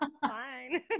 Fine